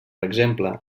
exemple